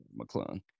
McClung